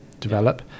develop